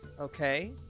Okay